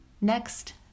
Next